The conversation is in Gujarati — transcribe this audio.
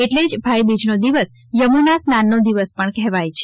એટલે જ ભાઇબીજનો દિવસ યમુના સ્નાનનો દિવસ પણ કહેવાય છે